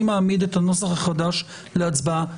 אני מעמיד את הנוסח החדש להצבעה.